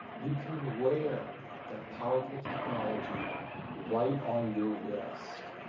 you can wear that powerful technology right on your wrist.